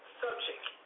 subject